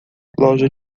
loja